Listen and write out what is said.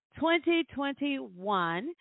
2021